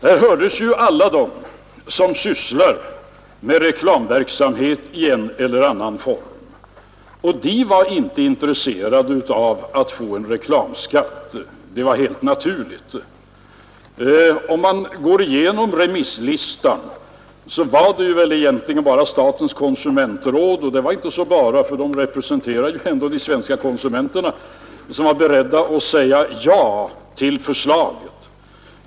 Där hördes ju alla som sysslar med reklamverksamhet i en eller annan form, och de var inte intresserade av att få en reklamskatt. Det var helt naturligt. 57 Om man går igenom remisslistan var det egentligen bara statens konsumentråd — men det var inte så ”bara” för rådet representerar ändå de svenska konsumenterna — som var berett att säga ja till förslaget.